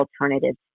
alternatives